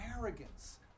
arrogance